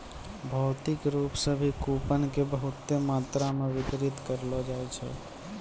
भौतिक रूप से भी कूपन के बहुते मात्रा मे वितरित करलो जाय छै